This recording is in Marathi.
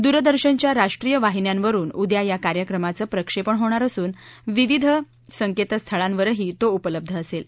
दूरदर्शनच्या राष्ट्रीय वाहिन्यांवरुन उद्या या कार्यक्रमाचं प्रक्षेपण होणार असून विविध संकेत स्थळांवरही तो उपलब्ध असेल